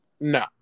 No